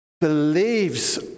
believes